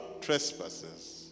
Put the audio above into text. trespasses